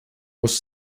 was